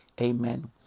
Amen